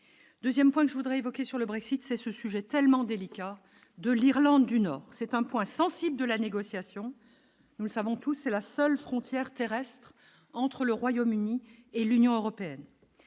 2ème point que je voudrais évoquer sur le Brexit, c'est ce sujet tellement délicat de l'Irlande du Nord, c'est un point sensible de la négociation, nous le savons tous, c'est la seule frontière terrestre entre le Royaume-Uni et l'Union européenne,